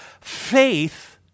faith